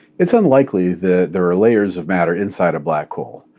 it's unlikely that there are layers of matter inside a black hole.